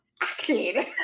acting